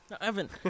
Evan